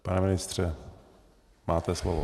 Pane ministře, máte slovo.